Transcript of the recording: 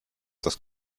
das